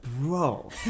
Bro